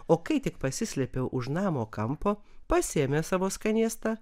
o kai tik pasislėpiau už namo kampo pasiėmė savo skanėstą